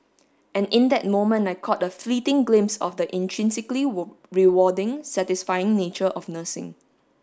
and in that moment I caught a fleeting glimpse of the intrinsically rewarding satisfying nature of nursing